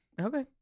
Okay